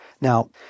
Now